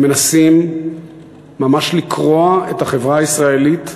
הם מנסים ממש לקרוע את החברה הישראלית לשניים.